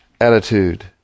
attitude